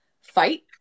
fight